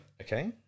Okay